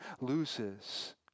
loses